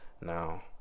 Now